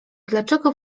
dlaczego